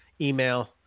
email